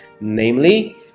namely